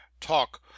talk